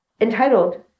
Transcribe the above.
entitled